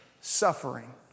Suffering